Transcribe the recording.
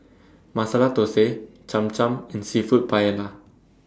Masala Dosa Cham Cham and Seafood Paella